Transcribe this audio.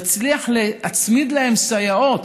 נצליח להצמיד להם סייעות,